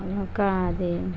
ఒక అది